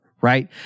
right